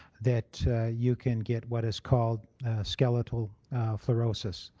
that you can get what is called skeletal fluorosis.